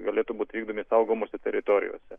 galėtų būti vykdomi saugomose teritorijose